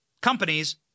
companies